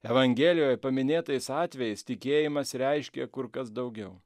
evangelioje paminėtais atvejais tikėjimas reiškia kur kas daugiau